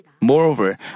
Moreover